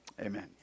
amen